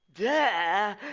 duh